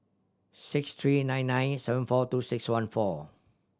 six three nine nine seven four two six one four